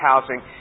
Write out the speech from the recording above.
housing